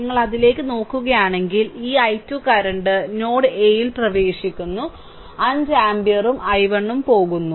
നിങ്ങൾ അതിലേക്ക് നോക്കുകയാണെങ്കിൽ ഈ i2 കറന്റ് നോഡ് എയിൽ പ്രവേശിക്കുന്നു 5 ആമ്പിയറും i 1 ഉം പോകുന്നു